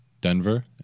Denver